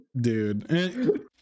dude